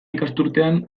ikasturtean